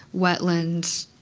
wetlands,